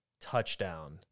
touchdown